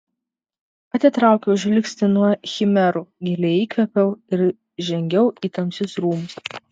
atitraukiau žvilgsnį nuo chimerų giliai įkvėpiau ir žengiau į tamsius rūmus